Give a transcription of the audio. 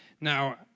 Now